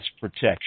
protection